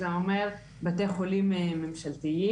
וזה אומר בתי חולים ממשלתיים.